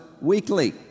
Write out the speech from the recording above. weekly